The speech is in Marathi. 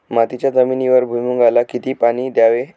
मातीच्या जमिनीवर भुईमूगाला किती पाणी द्यावे?